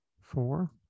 four